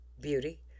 Beauty